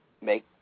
make